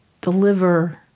deliver